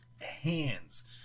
hands